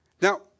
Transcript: Now